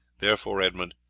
therefore, edmund,